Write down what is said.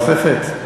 עמדה נוספת.